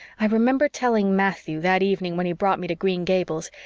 i remember telling matthew, that evening when he brought me to green gables,